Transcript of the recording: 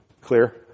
clear